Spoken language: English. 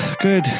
Good